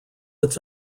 its